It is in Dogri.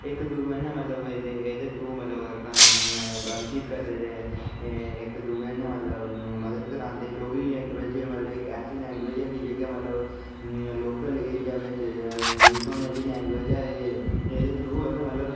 इक दूऐ कन्नै मतलब एह्दे थ्रू मतलब गल्ल चीत करी रेह् इक दूऐ नै मतलब मदद करांदे डोगरी लैंग्वेज इक ऐसी लैंग्वेज ऐ जेह्की मतलब लोकल एरिया बिच यूज़ होने आह्ली लैंग्वेज ऐ एह् एह्दे थ्रू अस मतलब